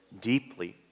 deeply